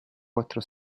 quattro